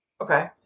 Okay